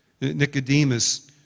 Nicodemus